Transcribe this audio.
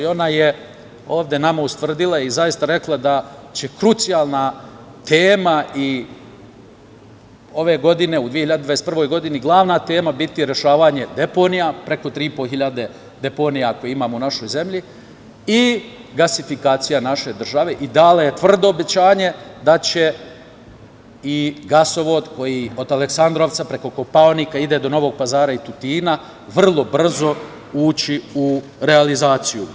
Ona je ovde nama ustvrdila i zaista rekla da će krucijalna tema ove godine, u 2021. godini, glavna tema biti rešavanje deponija, preko 3500 deponija koje imamo u našoj zemlji, i gasifikacija naše države i dala je tvrdo obećanje da će i gasovod koji od Aleksandrovca, preko Kopaonika ide do Novog Pazara i Tutina, vrlo brzo ući u realizaciju.